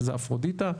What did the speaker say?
שזה אפרודיטה.